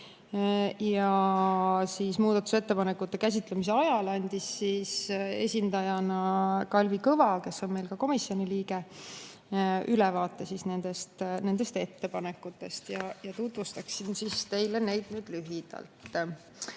eelnõus. Muudatusettepanekute käsitlemise ajal andis nende esindajana Kalvi Kõva, kes on meil ka komisjoni liige, ülevaate nendest ettepanekutest. Tutvustan teile neid nüüd lühidalt.